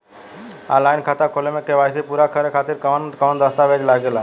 Online खाता खोले में के.वाइ.सी पूरा करे खातिर कवन कवन दस्तावेज लागे ला?